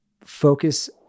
focus